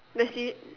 let's see